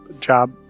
job